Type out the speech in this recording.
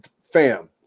fam